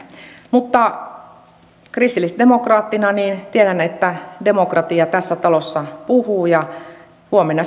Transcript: mutta kristillisdemokraattina tiedän että demokratia tässä talossa puhuu ja huomenna